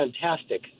fantastic